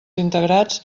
integrats